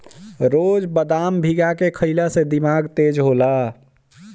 रोज बदाम भीगा के खइला से दिमाग तेज होला